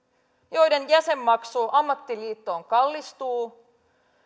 joiden jäsenmaksu ammattiliittoon kallistuu